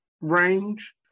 range